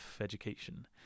education